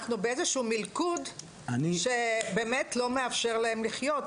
אנחנו באיזשהו מלכוד שבאמת לא מאפשר להם לחיות.